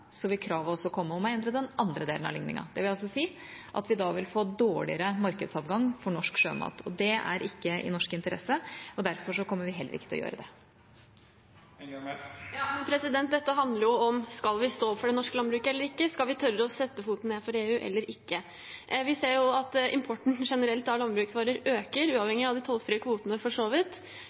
vil kravet komme om å gjelde også den andre delen av ligningen. Det vil si at vi da vil få dårligere markedsadgang for norsk sjømat. Det er ikke i norsk interesse, og derfor kommer vi ikke til å gjøre det. Dette handler jo om: Skal vi stå for det norske landbruket eller ikke? Skal vi tørre å sette foten ned for EU eller ikke? Vi ser jo at importen generelt av landbruksvarer øker uavhengig av de tollfrie kvotene for så vidt.